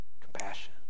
compassion